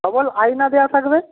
double আয়না দেওয়া থাকবে